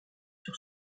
sur